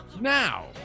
Now